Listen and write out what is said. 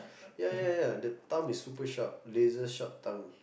ya ya ya the tongue is super sharp laser sharp tongue